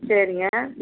சரிங்க